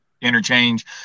interchange